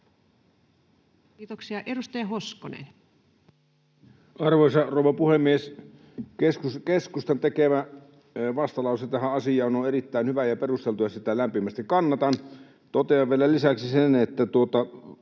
Kiitoksia. — Edustaja Hoskonen. Arvoisa rouva puhemies! Keskustan tekemä vastalause tähän asiaan on erittäin hyvä ja perusteltu, ja sitä lämpimästi kannatan. Totean vielä lisäksi sen, että